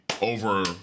over